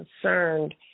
concerned